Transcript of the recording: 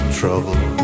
trouble